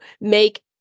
make